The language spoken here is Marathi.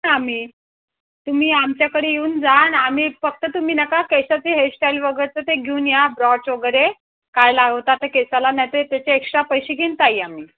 आम्ही तुम्ही आमच्याकडे येऊन जा आणि आम्ही फक्त तुम्ही नका केसाचे हेअरस्टाईल वगैरेचं ते घेऊन या ब्रॉच वगैरे काय लावता ते केसाला नाही ते त्याचे एक्स्ट्रा पैसे घेईन ताई आम्ही